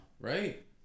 Right